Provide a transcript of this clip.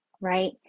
right